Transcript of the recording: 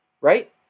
Right